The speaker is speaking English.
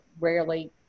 rarely